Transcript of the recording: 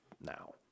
now